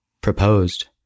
proposed